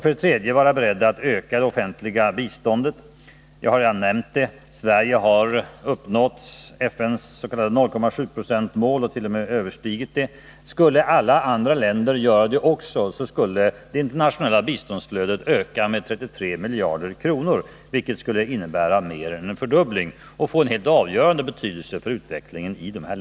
För det tredje måste vi vara beredda att öka det offentliga biståndet. Sverige har uppnått FN:s s.k. 0,7-procentsmål och t.o.m. överskridit det. Skulle alla andra länder också göra det, så skulle det totala internationella biståndsflödet öka med 33 miljarder dollar, vilket skulle innebära mer än en fördubbling och få en helt avgörande betydelse för utvecklingen i uländerna.